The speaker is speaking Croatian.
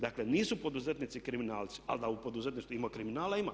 Dakle nisu poduzetnici kriminalci ali da u poduzetništvu ima kriminala, ima.